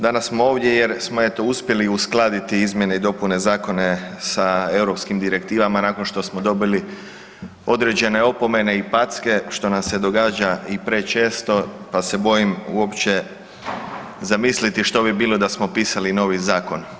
Danas smo ovdje jer smo, eto, uspjeli uskladiti izmjene i dopune zakona sa europskim direktivama nakon što smo dobili određene opomene i packe što nam se događa i prečesto, pa se bojim uopće zamisliti što bi bilo da smo pisali novi zakon.